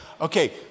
okay